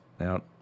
out